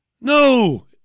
No